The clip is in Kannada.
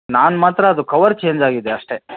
ನಾನು ಮಾತ್ರ ಅದು ಕವರ್ ಚೇಂಜ್ ಆಗಿದೆ ಅಷ್ಟೇ